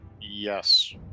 Yes